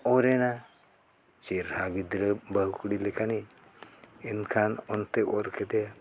ᱚᱨ ᱮᱱᱟ ᱪᱮᱨᱦᱟ ᱜᱤᱫᱽᱨᱟᱹ ᱵᱟᱹᱦᱩ ᱠᱩᱲᱤ ᱞᱮᱠᱟᱱᱤᱡ ᱮᱱᱠᱷᱟᱱ ᱚᱱᱛᱮ ᱚᱨ ᱠᱮᱫᱮᱭᱟ